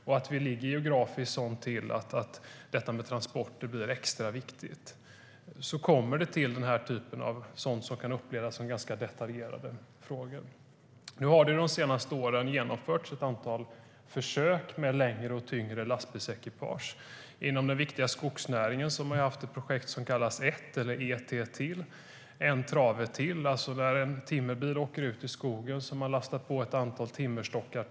Geografiskt ligger vi så till att detta med transporter blir extra viktigt. Därför kan den här typen av frågor upplevas som ganska detaljerade. Under de senaste åren har det genomförts ett antal försök med längre och tyngre lastbilsekipage. Inom den viktiga skogsnäringen har man haft ett projekt som kallas ETT, En trave till. När en timmerbil åker ut i skogen lastar man på ytterligare ett antal timmerstockar.